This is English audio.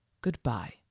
goodbye